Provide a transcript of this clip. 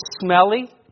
smelly